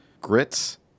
grits